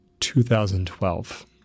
2012